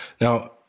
now